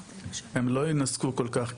הם לא יינזקו כל כך,